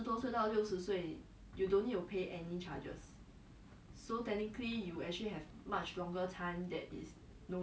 orh as in like after thirty years old they will still continue to invest for you without charge is it